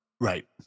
right